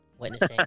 witnessing